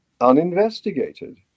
uninvestigated